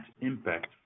impact